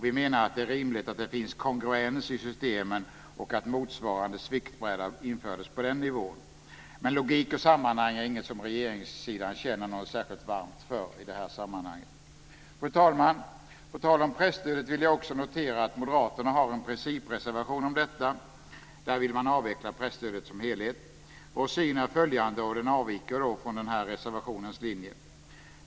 Vi menar att det är rimligt att det finns kongruens i systemen och att motsvarande sviktbräda införs på den nivån. Men logik och sammanhang är inget som regeringssidan känner något särskilt varmt för i det här sammanhanget. Fru talman! På tal om presstödet vill jag också notera att Moderaterna har en principreservation om detta. Där vill man avveckla presstödet som helhet. Vår syn är följande och avviker från reservationens linje.